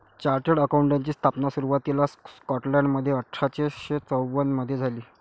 chartered अकाउंटंटची स्थापना सुरुवातीला स्कॉटलंडमध्ये अठरा शे चौवन मधे झाली